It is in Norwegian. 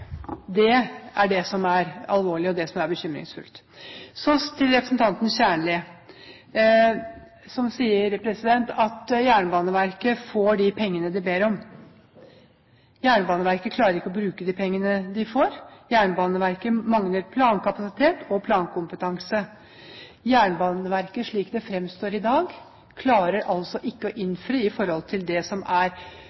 Det er det som er alvorlig, og det som er bekymringsfullt. Så til representanten Kjernli som sier at Jernbaneverket får de pengene de ber om. Jernbaneverket klarer ikke å bruke de pengene de får. Jernbaneverket mangler plankapasitet og plankompetanse. Jernbaneverket, slik det fremstår i dag, klarer altså ikke å